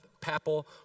papal